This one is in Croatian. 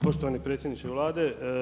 Poštovani predsjedniče Vlade.